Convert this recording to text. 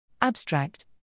Abstract